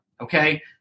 okay